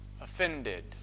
offended